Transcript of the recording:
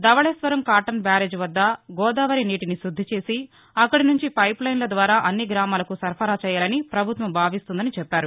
Dowleswaram Cotton barrage వర్గ గోదావరి నీటిని శుద్ది చేసి అక్కడి నుంచి పైప్లైన్ల ద్వారా అన్ని గ్రామాలకు సరఫరా చేయాలని ప్రభుత్వం భావిస్తోందని చెప్పారు